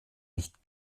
nicht